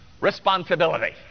responsibility